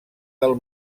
del